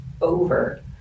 over